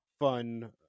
fun